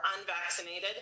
unvaccinated